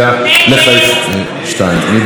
מי בעד?